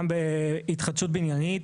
גם בהתחדשות בניינית,